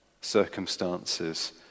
circumstances